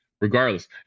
regardless